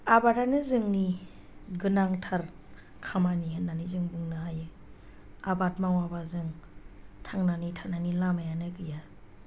आबादानो जोंनि गोनांथार खामानि होननानै जों बुंनो हायो आबाद मावाबा जों थांनानै थानायनि लामायानो गैया